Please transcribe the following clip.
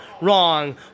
wrong